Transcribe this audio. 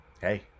Hey